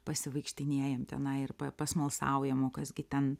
pasivaikštinėjam tenai ir pasmalsaujam o kas gi ten